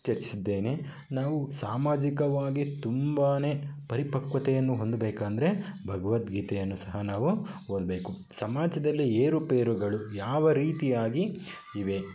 ತಿಳಿಸಿದ್ದೇನೆ ನಾವು ಸಾಮಾಜಿಕವಾಗಿ ತುಂಬಾ ಪರಿಪಕ್ವತೆಯನ್ನು ಹೊಂದಬೇಕಂದರೆ ಭಗವದ್ಗೀತೆಯನ್ನು ಸಹ ನಾವು ಓದಬೇಕು ಸಮಾಜದಲ್ಲಿ ಏರುಪೇರುಗಳು ಯಾವ ರೀತಿಯಾಗಿ ಇವೆ